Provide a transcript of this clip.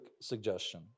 suggestion